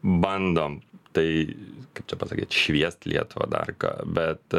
bandom tai kaip čia pasakyt šviest lietuvą dar ką bet